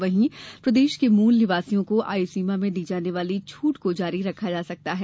वहीं प्रदेश के मूल निवासियों को आयुर्सीमा में दी जाने वाली छूट को जारी रखा जा सकता है